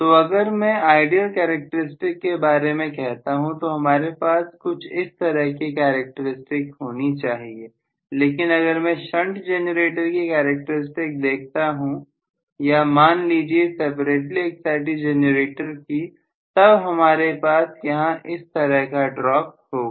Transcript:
तो अगर मैं आइडियल कैरेक्टरिस्टिक के बारे में कहता हूं तो हमारे पास कुछ इस तरह की कैरेक्टर स्टिक होनी चाहिए लेकिन अगर मैं शंट जेनरेटर की कैरेक्टर स्टिक्स को देख रहा हूं या मान लीजिए सेपरेटली एक्साइटिड जनरेटर की तब हमारे पास यहां इस तरह का ड्रॉप होगा